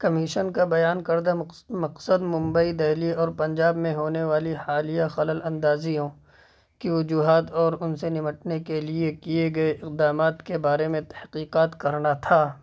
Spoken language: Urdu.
کمیشن کا بیان کردہ مقصد ممبئی دلی اور پنجاب میں ہونے والی حالیہ خلل اندازیوں کی وجوہات اور ان سے نمٹنے کے لیے کیے گئے اقدامات کے بارے میں تحقیقات کرنا تھا